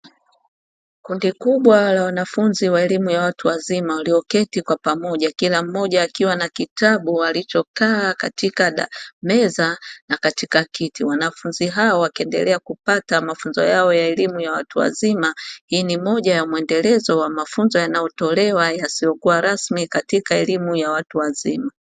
Kundi kubwa la wanafunzi wa elimu ya watu wazima walioketi kwa pamoja kila mmoja akiwa na kitabu alichokaa katika meza na katika kiti, wanafunzi hao wakiendelea kupata mafunzo yao ya elimu ya watu wazima, hii ni moja ya muendelezo wa mafunzo yanayotolewa yasiyokuwa rasmi katika elimu ya watu wazima.